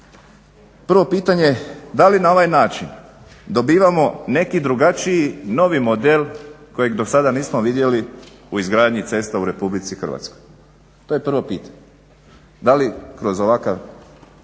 Prvo pitanje, da li na ovaj način dobivamo neki drugačiji, novi model kojeg do sada nismo vidjeli u izgradnji cesta u Republici Hrvatskoj. To je prvo pitanje. Da li kroz ovakav